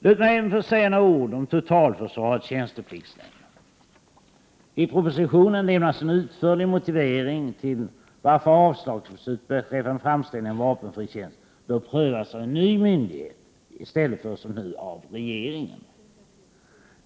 Låt mig även få säga några ord om totalförsvarets tjänstepliktsnämnd. I propositionen lämnas en utförlig motivering till att avslagsbeslut beträffande framställning om vapenfri tjänst bör prövas av en ny myndighet i stället för som nu av regeringen.